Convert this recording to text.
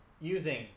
using